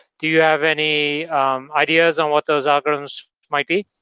do you have any ideas on what those outcomes might be?